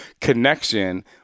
connection